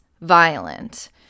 violent